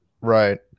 Right